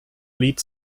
lead